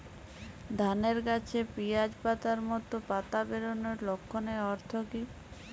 ধানের গাছে পিয়াজ পাতার মতো পাতা বেরোনোর লক্ষণের অর্থ কী?